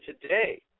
today